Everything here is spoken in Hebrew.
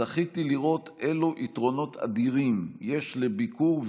זכיתי לראות אילו יתרונות אדירים יש לביקור,